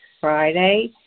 Friday